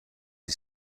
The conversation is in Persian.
این